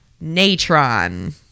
Natron